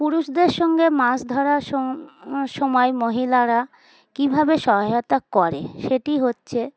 পুরুষদের সঙ্গে মাছ ধরার স সময় মহিলারা কীভাবে সহায়তা করে সেটি হচ্ছে